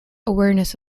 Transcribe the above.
awareness